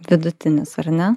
vidutinis ar ne